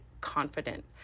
confident